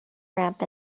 ramp